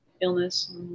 illness